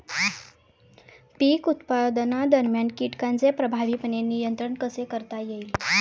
पीक उत्पादनादरम्यान कीटकांचे प्रभावीपणे नियंत्रण कसे करता येईल?